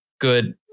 good